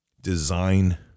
design